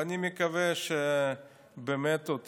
אני מקווה שבאמת אותו